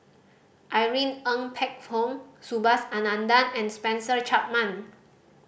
Irene Ng Phek Hoong Subhas Anandan and Spencer Chapman